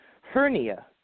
hernia